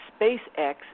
SpaceX